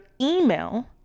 email